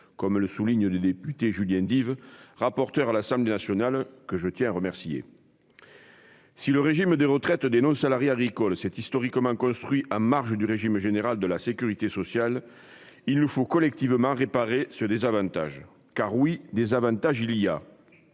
comme le souligne le député Julien Dive, rapporteur à l'Assemblée nationale sur cette proposition de loi, que je tiens à remercier. Le régime de retraite des non-salariés agricoles s'est historiquement construit en marge du régime général de la sécurité sociale et il nous faut collectivement réparer ce désavantage. Car oui, il y a